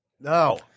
No